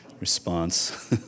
response